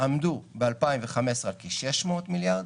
עמדו ב-2015 על כ-600 מיליארד,